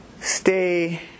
Stay